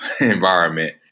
environment